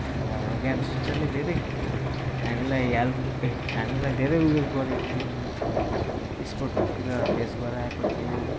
अनि हाम्रो गेम्स टिचरले धेरै हामीलाई हेल्प हामीलाई धेरै उयो गरेको थियो स्पोर्ट्सहरूतिर फेस गराएको थियो